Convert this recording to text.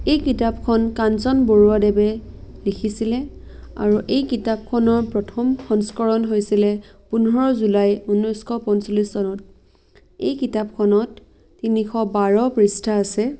এই কিতাপখন কাঞ্চন বৰুৱাদেৱে লিখিছিলে আৰু এই কিতাপখনৰ প্ৰথম সংস্কৰণ হৈছিলে পোন্ধৰ জুলাই ঊনৈছশ পঞ্চলিছ চনত এই কিতাপখনত তিনিশ বাৰ পৃষ্ঠা আছে